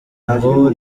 ngo